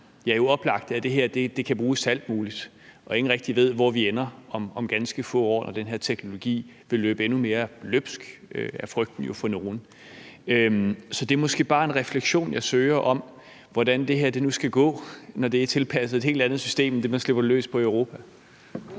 det er helt oplagt, at det her kan bruges til alt muligt, og at ingen rigtig ved, hvor vi ender om ganske få år, når den her teknologi vil løbe endnu mere løbsk, hvilket jo er frygten hos nogle. Så det er måske bare en refleksion, jeg søger om, hvordan det her nu skal gå, når det er tilpasset et helt andet system end det, man slipper løs på Europa.